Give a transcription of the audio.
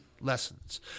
lessons